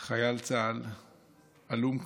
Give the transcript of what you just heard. חייל צה"ל הלום קרב,